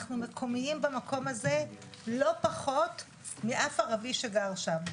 אנחנו מקומיים במקום הזה לא פחות מאף ערבי שגר שם.